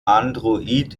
android